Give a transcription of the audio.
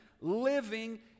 living